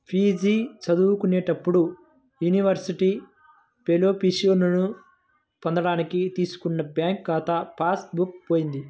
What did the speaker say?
PG చదువుకునేటప్పుడు university ఫెలోషిప్పులను పొందడానికి తీసుకున్న బ్యాంకు ఖాతా పాస్ బుక్ పోయింది